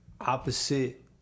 opposite